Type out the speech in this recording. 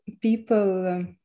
people